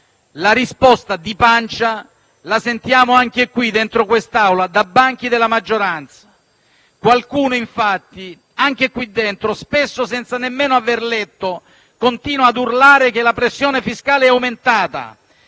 la risposta "di pancia" la sentiamo anche qui, dentro quest'Aula, dai banchi della maggioranza. Qualcuno, infatti, anche qui dentro, spesso senza nemmeno aver letto, continua ad urlare che la pressione fiscale è aumentata,